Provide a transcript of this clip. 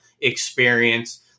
experience